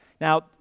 Now